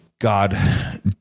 God